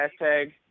Hashtag